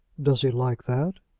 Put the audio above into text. does he like that?